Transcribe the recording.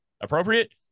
appropriate